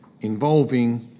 involving